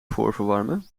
voorverwarmen